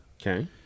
okay